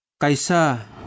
Kaisa